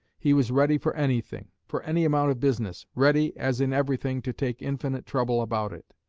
he was ready for anything, for any amount of business, ready, as in everything, to take infinite trouble about it.